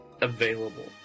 available